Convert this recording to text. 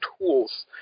tools